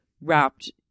wrapped